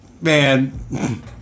man